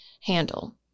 handle